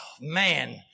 Man